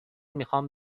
میخوام